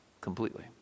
completely